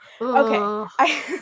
Okay